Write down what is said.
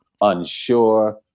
unsure